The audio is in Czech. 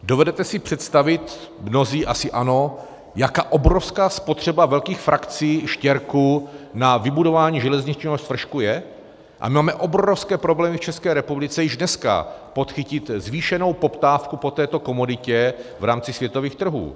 Dovedete si představit, mnozí asi ano, jaká obrovská spotřeba velkých frakcí štěrku na vybudování železničního spršku je, a my máme obrovské problémy v České republice již dneska podchytit zvýšenou poptávku po této komoditě v rámci světových trhů.